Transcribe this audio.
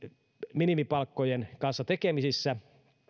minimipalkkojen kanssa tekemisissä